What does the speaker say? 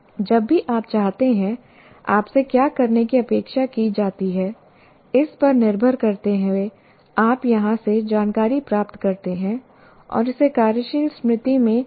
जब भी आप चाहते हैं आपसे क्या करने की अपेक्षा की जाती है इस पर निर्भर करते हुए आप यहां से जानकारी प्राप्त करते हैं और इसे कार्यशील स्मृति में वापस लाते हैं